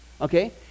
Okay